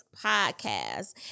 Podcast